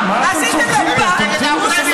זו הצעה שמפלגת העבודה הביאה.